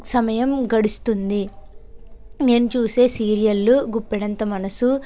సమయం గడుస్తుంది నేను చూసే సీరియల్లు గుప్పెడంత మనసు